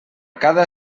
cada